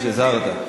נקווה שהזהרת.